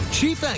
Chief